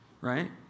right